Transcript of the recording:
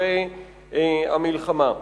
אחרי המלחמה.